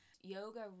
Yoga